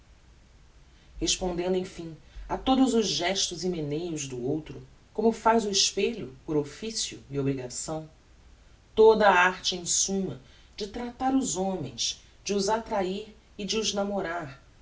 respondendo emfim a todos os gestos e meneios do outro como faz o espelho por officio e obrigação toda a arte em summa de tratar os homens de os attrahir e de os namorar